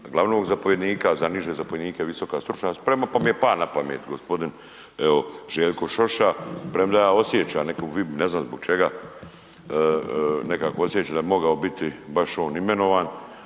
glavnog zapovjednika, a za niže zapovjednike visoka stručna sprema, pa mi je pa na pamet g. evo Željko Šoša, premda ja osjećam neku vibru, ne znam zbog čega, nekako osjećam da bi mogao biti baš on imenovan,